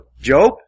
Job